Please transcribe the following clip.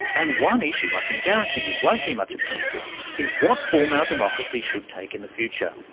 and one issue i can guarantee you won't hear much about is what form our democracy should take in the future.